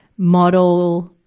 model,